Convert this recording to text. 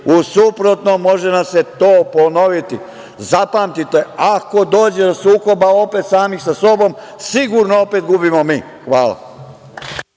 suprotnom može nam se to ponoviti. Zapamtite, ako dođe do sukoba, opet sami sa sobom, sigurno opet gubimo mi. Hvala.